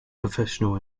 professional